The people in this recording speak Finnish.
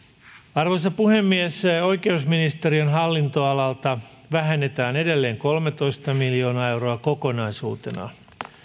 arvoisa puhemies oikeusministeriön hallintoalalta vähennetään edelleen kolmetoista miljoonaa euroa kokonaisuutena